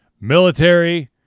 Military